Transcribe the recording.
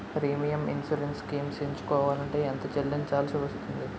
Premium insurance schemes ఎంచుకోవలంటే ఎంత చల్లించాల్సివస్తుంది??